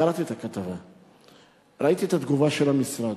קראתי את הכתבה, ראיתי את התגובה של המשרד.